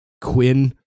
Quinn